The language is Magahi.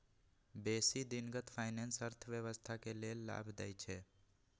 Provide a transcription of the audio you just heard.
बेशी दिनगत फाइनेंस अर्थव्यवस्था के लेल लाभ देइ छै